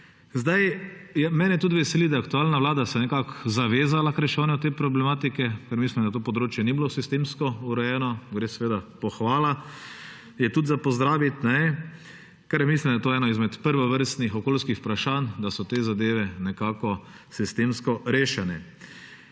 Mene tudi veseli, da se je aktualna vlada nekako zavezala k reševanju te problematike, ker mislim, da to področje ni bilo sistemsko urejeno. Gre seveda pohvala, je tudi za pozdraviti, ker mislim, da je to eno izmed prvovrstnih okoljskih vprašanj, da so te zadeve nekako sistemsko rešene.